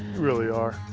really are.